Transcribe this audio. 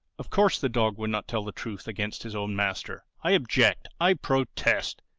of course the dog would not tell the truth against his own master. i object. i protest.